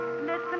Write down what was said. Listen